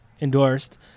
endorsed